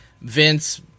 vince